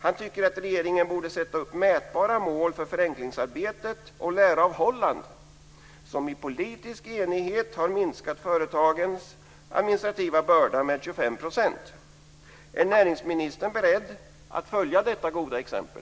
Han tycker att regeringen borde sätta upp mätbara mål för förenklingsarbetet och lära av Holland som i politisk enighet har minskat företagens administrativa börda med 25 procent." Är näringsministern beredd att följa detta goda exempel?